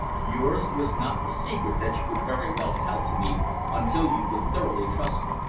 yours was not a secret that you could very well tell to me until you could thoroughly trust me,